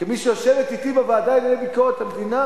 כמי שיושבת אתי בוועדה לענייני ביקורת המדינה